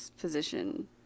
position